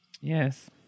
Yes